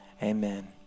amen